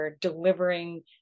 delivering